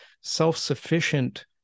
self-sufficient